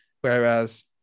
whereas